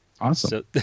Awesome